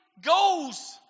goes